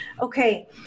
okay